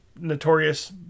notorious